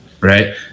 right